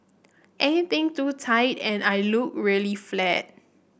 anything too tight and I look really flat